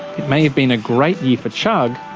it may have been a great year for chugg,